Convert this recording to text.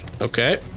Okay